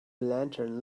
lantern